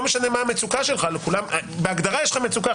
משנה מה המצוקה שלך כי בהגדרה יש לך מצוקה,